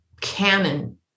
canon